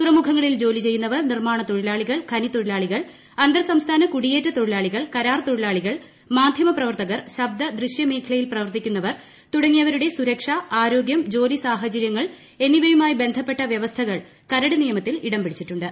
തുറമുഖങ്ങളിൽ ജോലിചെയ്യുന്നവർ നിർമ്മാണ തൊഴിലാളികൾ ഖനി തൊഴിലാളികൾ അന്തർസംസ്ഥാന കുടിയേറ്റ തൊഴിലാളികൾ കരാർ തൊഴിലാളികൾ മാധ്യമപ്രവർത്തകർ ശബ്ദ് ദൃശ്യ മേഖലയിൽ പ്രവർത്തിക്കുന്നവർ തുടങ്ങിയവരുടെ സുരക്ഷ ആരോഗ്യം ജോലി സാഹചര്യങ്ങൾ എന്നിവയുമായി ബന്ധപ്പെട്ട വ്യവസ്ഥകൾ കരട് നിയമത്തിൽ ഇടംപിടിച്ചിട്ടുണ്ട്